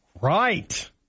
Right